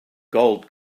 gold